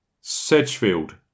Sedgefield